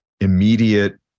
immediate